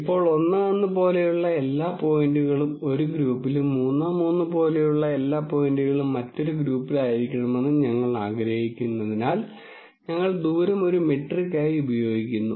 ഇപ്പോൾ 1 1 പോലെയുള്ള എല്ലാ പോയിന്റുകളും ഒരു ഗ്രൂപ്പിലും 3 3 പോലെയുള്ള എല്ലാ പോയിന്റുകളും മറ്റൊരു ഗ്രൂപ്പിലായിരിക്കണമെന്ന് ഞങ്ങൾ ആഗ്രഹിക്കുന്നതിനാൽ ഞങ്ങൾ ദൂരം ഒരു മെട്രിക് ആയി ഉപയോഗിക്കുന്നു